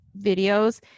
videos